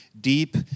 deep